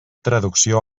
traducció